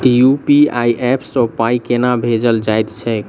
UPI app सँ पाई केना भेजल जाइत छैक?